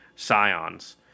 scions